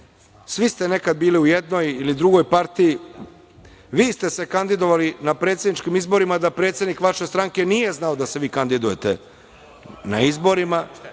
Svi ste nekada bili u jednoj ili drugoj partiji. Vi ste se kandidovali na predsedničkim izborima da predsednik vaše stranke nije znao da se vi kandidujete na izborima,